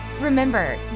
Remember